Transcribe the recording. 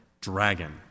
dragon